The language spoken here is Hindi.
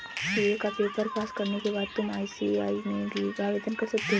सी.ए का पेपर पास करने के बाद तुम आई.सी.ए.आई में भी आवेदन कर सकते हो